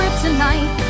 Tonight